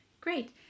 Great